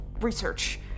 research